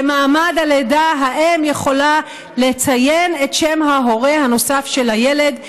במעמד הלידה האם יכולה לציין את שם ההורה הנוסף של הילד,